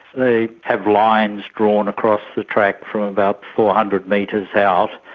they have lines drawn across the track from about four hundred metres out,